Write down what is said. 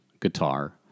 guitar